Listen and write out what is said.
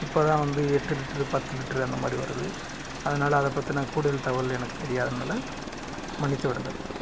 இப்போ தான் வந்து எட்டு லிட்ரு பத்து லிட்ரு அந்தமாதிரி வருது அதனால் அதைப் பற்றின கூடுதல் தகவல் எனக்கு தெரியாதனால் மன்னித்து மன்னித்துவிடுங்கள்